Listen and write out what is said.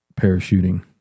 parachuting